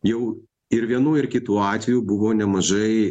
jau ir vienų ir kitų atvejų buvo nemažai